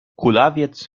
kulawiec